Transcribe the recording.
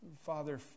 Father